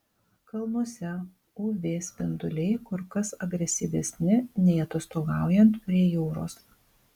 kalnuose uv spinduliai kur kas agresyvesni nei atostogaujant prie jūros